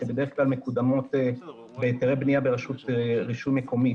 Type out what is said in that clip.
שבדרך כלל מקודמות בהיתרי בנייה ברשות רישוי מקומית.